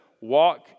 walk